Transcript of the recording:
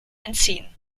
entziehen